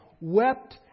wept